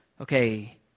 okay